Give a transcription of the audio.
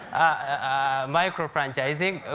ah micro franchising.